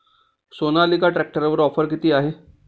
सोनालिका ट्रॅक्टरवर ऑफर किती आहे?